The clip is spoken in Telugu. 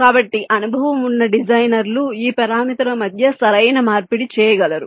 కాబట్టి అనుభవం ఉన్న డిజైనర్లు ఈ పారామితుల మధ్య సరైన మార్పిడి చేయగలరు